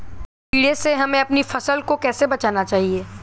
कीड़े से हमें अपनी फसल को कैसे बचाना चाहिए?